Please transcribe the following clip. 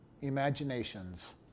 imaginations